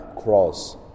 cross